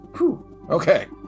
Okay